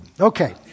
Okay